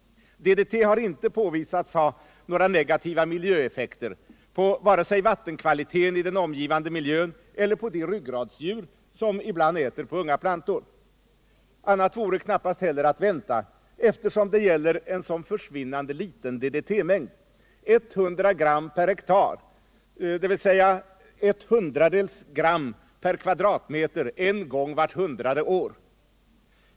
DDT har inte påvisats ha några negativa miljöeffekter på vare sig vattenkvaliteten i den omgivande miljön eller på de ryggradsdjur som ibland äter på unga plantor. Annat vore knappast heller att vänta, eftersom det gäller en så försvinnande liten DDT-mängd, 100 gram per hektar, dvs. 0,01 gram per kvadratmeter en gång vart hundrade år.